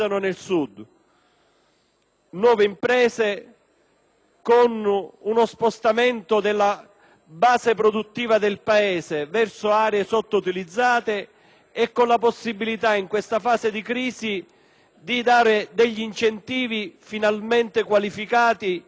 con uno spostamento della base produttiva del Paese verso aree sottoutilizzate e con la possibilità, in questa fase di crisi, di dare incentivi finalmente qualificati e finalmente in grado di produrre dei veri risultati.